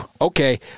Okay